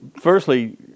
Firstly